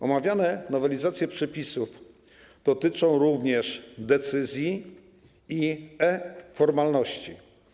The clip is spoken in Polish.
Omawiane nowelizacje przepisów dotyczą również decyzji i e-formalności.